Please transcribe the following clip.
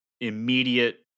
immediate